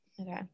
Okay